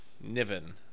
Niven